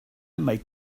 make